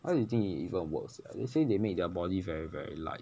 how do you think it even works sia they say they made their body very very light